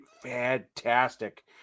Fantastic